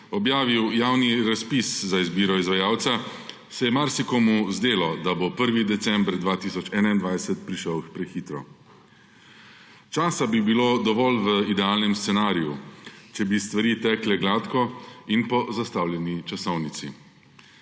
objavil javni razpis za izbiro izvajalca, se je marsikomu zdelo, da bo 1. december 2021 prišel prehitro. Časa bi bilo dovolj v idealnem scenariju, če bi stvari tekle gladko in po zastavljeni časovnici.